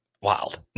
Wild